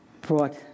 brought